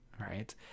right